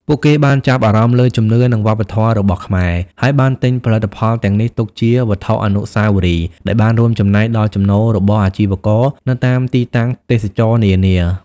ពួកគេបានចាប់អារម្មណ៍លើជំនឿ និងវប្បធម៌របស់ខ្មែរ ហើយបានទិញផលិតផលទាំងនេះទុកជាវត្ថុអនុស្សាវរីយ៍ ដែលបានរួមចំណែកដល់ចំណូលរបស់អាជីវករនៅតាមទីតាំងទេសចរណ៍នានា។